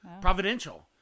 Providential